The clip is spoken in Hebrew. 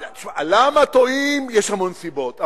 תשמע, למה טועים יש המון סיבות.